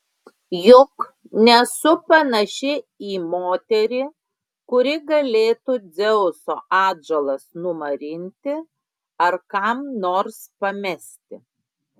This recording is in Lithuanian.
juk nesu panaši į moterį kuri galėtų dzeuso atžalas numarinti ar kam nors pamesti